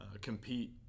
compete